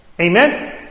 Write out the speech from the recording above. Amen